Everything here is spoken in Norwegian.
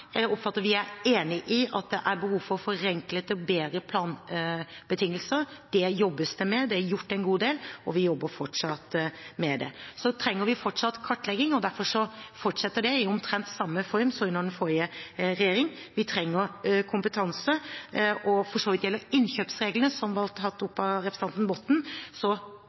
Jeg oppfatter at vi er enige om at det er behov for forenklinger og forbedringer i planregelverket. Det jobbes det med. Det er gjort en god del, men vi jobber fortsatt med dette. Så trenger vi fortsatt kartlegging, og derfor fortsetter det i omtrent samme form som under den forrige regjering. Vi trenger kompetanse. Og hva gjelder innkjøpsreglene, som ble tatt opp av representanten Botten,